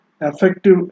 effective